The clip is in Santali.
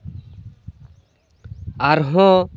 ᱟᱨᱦᱚᱸ